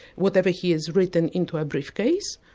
whatever he has written, into a briefcase.